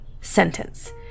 sentence